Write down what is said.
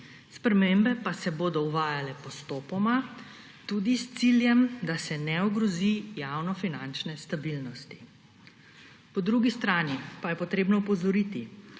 Spremembe pa se bodo uvajale postopoma, tudi s ciljem, da se ne ogrozi javnofinančne stabilnosti. Po drugi strani pa je treba opozoriti,